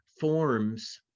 forms